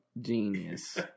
genius